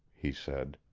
he said,